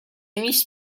miss